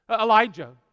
Elijah